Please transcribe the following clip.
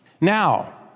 Now